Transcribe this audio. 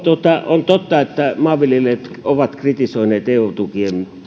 on totta että maanviljelijät ovat kritisoineet eu tukien